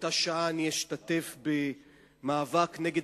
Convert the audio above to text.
באותה שעה אשתתף במאבק נגד